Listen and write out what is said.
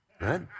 right